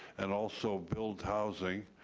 and also build housing,